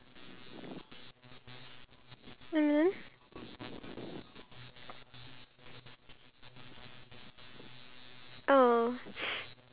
and then we can eat breakfast like you can eat until however long you want and then me by nine I have to go up because the person is coming to do my lashes at nine